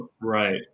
Right